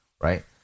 right